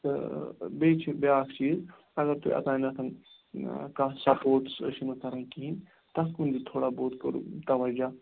تہٕ بیٚیہِ چھِ بیاکھ چیٖز اَگر تُہۍ اوتانیٚتھ کانٛہہ سَپوٹٕس ٲسِو نہٕ کران کِہیٖنۍ تَتھ کُن تہِ تھوڑا بہت کَرُن توجہ